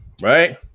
right